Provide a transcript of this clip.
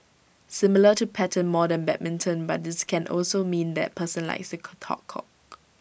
similar to pattern more than badminton but this can also mean that person likes to talk cock